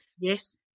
Yes